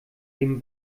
dem